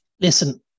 Listen